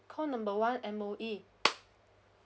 call number one M_O_E